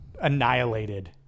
annihilated